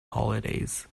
holidays